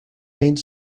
paint